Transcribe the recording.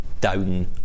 down